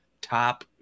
top